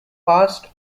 past